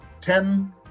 ten